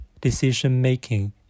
decision-making